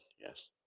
yes